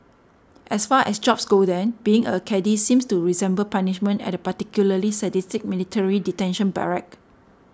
as far as jobs go then being a caddie seems to resemble punishment at a particularly sadistic military detention barrack